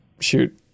shoot